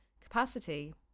capacity